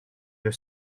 your